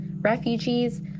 refugees